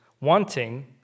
wanting